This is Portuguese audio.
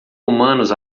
humanos